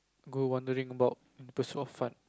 go wondering about there's so much fun